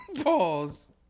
pause